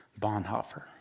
Bonhoeffer